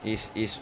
is is